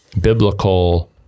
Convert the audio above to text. biblical